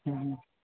ਹਮ ਹਮ